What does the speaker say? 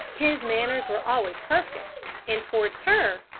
his manners were always perfect and, towards her,